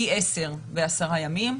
פי 10 בעשרה ימים.